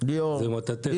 הוא מטאטא חדש.